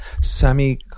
Sammy